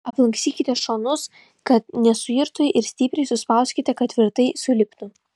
aplankstykite šonus kad nesuirtų ir stipriai suspauskite kad tvirtai suliptų